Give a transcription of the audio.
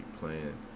playing